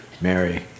Mary